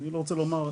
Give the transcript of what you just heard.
אני לא רוצה לומר,